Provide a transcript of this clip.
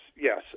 yes